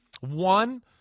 One